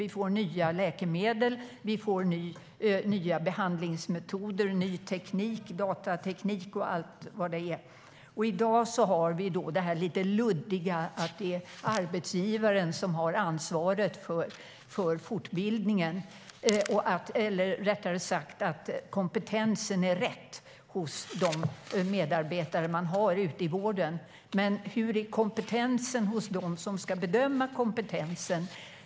Vi får nya läkemedel, nya behandlingsmetoder, ny teknik, datateknik och så vidare, och i dag är det lite luddigt uttryckt att arbetsgivaren har ansvaret för fortbildningen eller rättare sagt ansvaret för att kompetensen hos medarbetarna i vården är riktig. Men hur är kompetensen hos dem som ska bedöma kompetensen?